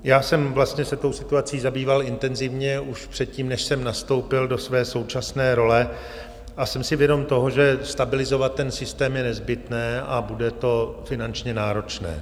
Já jsem se tou situací zabýval intenzivně už předtím, než jsem nastoupil do své současné role, a jsem si vědom toho, že stabilizovat ten systém je nezbytné a bude to finančně náročné.